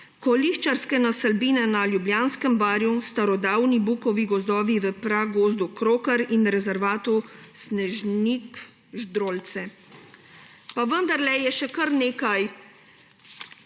koliščarske naselbine na Ljubljanskem barju, starodavni bukovi gozdovi v pragozdu Krokar in rezervatu Snežnik-Ždrocle. Pa vendarle je še kar nekaj